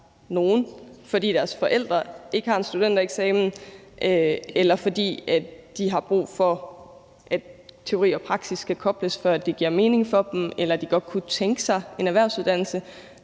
fordi deres forældre ikke har en studentereksamen, eller fordi de har brug for, at teori og praksis skal kobles, før det giver mening for dem, eller fordi de godt kunne tænke sig en erhvervsuddannelse.